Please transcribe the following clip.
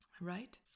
Right